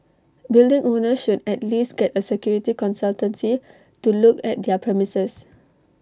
building owners should at least get A security consultancy to look at their premises